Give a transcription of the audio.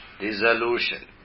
dissolution